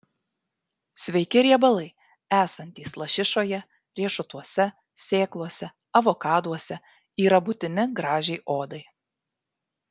sveiki riebalai esantys lašišoje riešutuose sėklose avokaduose yra būtini gražiai odai